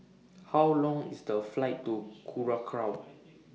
How Long IS The Flight to Curacao